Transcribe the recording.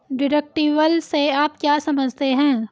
Deductible से आप क्या समझते हैं?